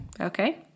Okay